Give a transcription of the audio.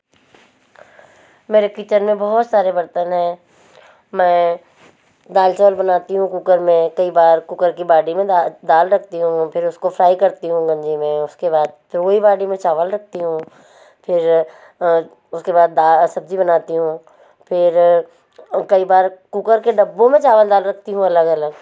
मेरे किचन में बहुत सारे बर्तन हैं मैं दाल चावल बनाती हूँ कुकर में कई बार कुकर की बाटी में दाल रखती हूँ फिर उसको फ्राई करती हूँ मज़े में उसके बाद फिर वही बाटी में चावल रखती हूँ फिर उसके बाद दा सब्ज़ी बनाती हूँ फिर कई बार कुकर के डब्बों में चावल दाल रखती हूँ अलग अलग